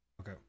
okay